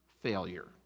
failure